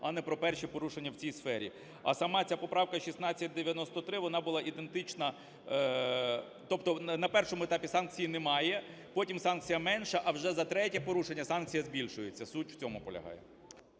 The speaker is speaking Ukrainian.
а не про перші порушення в цій сфері. А сама ця поправка 1693, вона була ідентична… Тобто на першому етапі санкції немає, потім санкція менша, а вже за третє порушення санкція збільшується. Суть в цьому полягає.